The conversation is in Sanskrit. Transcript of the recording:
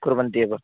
कुर्वन्ति एवम्